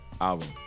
album